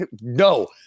no